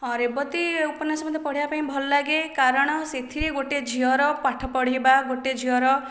ହଁ ରେବତୀ ଉପନ୍ୟାସ ମୋତେ ପଢ଼ିବା ପାଇଁ ଭଲ ଲାଗେ କାରଣ ସେଥିରେ ଗୋଟେ ଝିଅର ପାଠ ପଢ଼ିବା ଗୋଟେ ଝିଅର